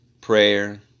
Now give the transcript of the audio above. prayer